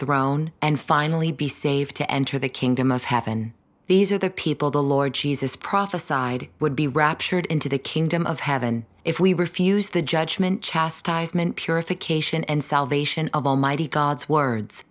throne and finally be saved to enter the kingdom of heaven these are the people the lord jesus prophesied would be raptured into the kingdom of heaven if we refuse the judgment chastisement purification and salvation of almighty god's words